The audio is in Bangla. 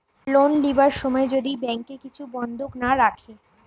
লোন লিবার সময় যদি ব্যাংকে কিছু বন্ধক না রাখে